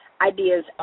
ideas